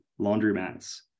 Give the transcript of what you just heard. laundromats